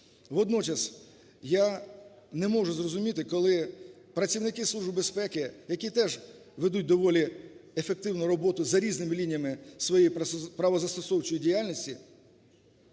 Водночас я не можу зрозуміти, коли працівники Служби безпеки, які теж ведуть доволі ефективну роботу за різними лініями своєї правозастосовної діяльності,